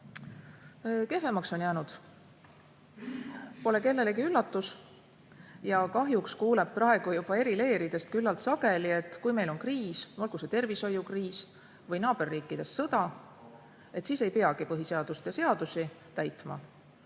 kehvemaks jäänud, vast pole kellelegi üllatus. Kahjuks kuuleb praegu juba eri leeridest küllaltki sageli, et kui meil on kriis, olgu see tervishoiukriis või naaberriikides sõda, siis ei peagi põhiseadust ja seadusi täitma.